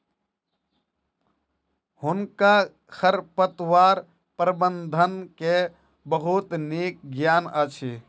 हुनका खरपतवार प्रबंधन के बहुत नीक ज्ञान अछि